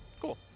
Cool